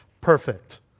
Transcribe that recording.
Perfect